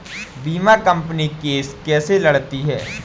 बीमा company case कैसे लड़ती है?